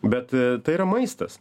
bet tai yra maistas